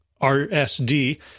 RSD